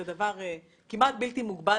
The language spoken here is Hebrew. זה דבר כמעט בלתי מוגבל.